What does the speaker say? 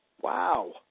wow